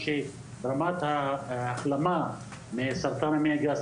רמת ההחלמה מסרטן המעי הגס,